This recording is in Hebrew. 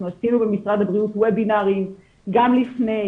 עשינו במשרד הבריאות וובינרים גם לפני